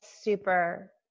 super